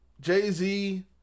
Jay-Z